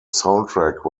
soundtrack